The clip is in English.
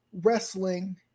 wrestling